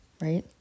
right